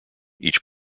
each